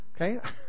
Okay